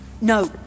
No